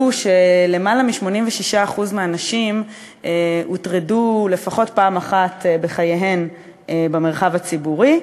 והוא שלמעלה מ-86% מהנשים הוטרדו לפחות פעם אחת בחייהן במרחב הציבורי,